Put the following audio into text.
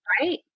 Right